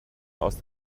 aus